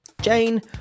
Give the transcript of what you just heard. Jane